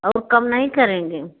और कम नहीं करेंगे